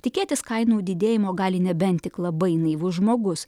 tikėtis kainų didėjimo gali nebent tik labai naivus žmogus